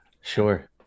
Sure